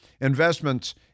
investments